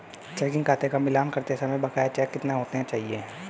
Checking खाते का मिलान करते समय बकाया चेक कितने होने चाहिए?